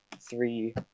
three